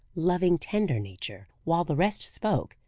loving, tender nature while the rest spoke,